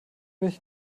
dich